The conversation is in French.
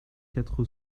quatre